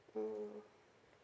mm